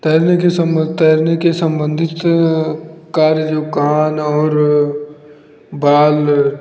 तैरने के संभव तैरने के संबंधित कार्य जो कान और बाल